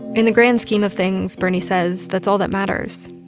in the grand scheme of things, bernie says that's all that matters.